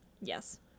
Yes